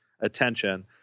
attention